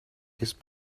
his